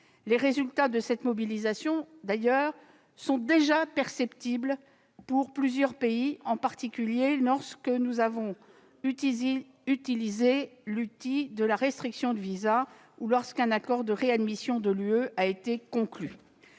Les résultats de cette mobilisation sont déjà perceptibles pour plusieurs pays, en particulier après que nous avons utilisé le dispositif de restriction des visas ou lorsqu'un accord de réadmission a été conclu